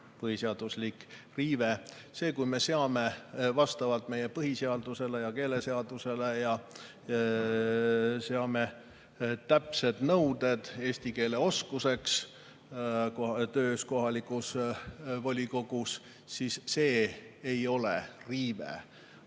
põhiseaduse riive. See, kui me seame vastavalt meie põhiseadusele ja keeleseadusele täpsed nõuded eesti keele oskuseks töös kohalikus volikogus, ei ole riive.